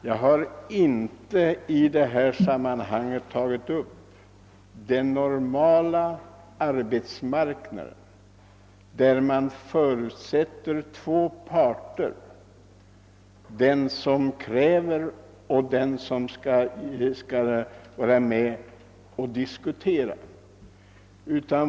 Jag har i detta sammanhang inte tänkt på den normala arbetsmarknaden, där man förutsätter två parter: den som kräver och den som skall ta ställning till kraven.